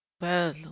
Well